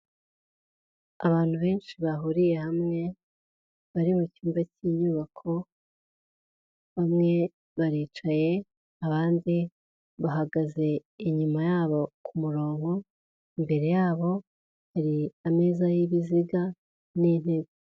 Abantu benshi bahuriye hamwe bari mu cyumba cy'inyubako bamwe baricaye abandi bahagaze inyuma yabo ku murongo, imbere yabo hari ameza y'ibiziga n'intebe.